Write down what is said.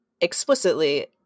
explicitly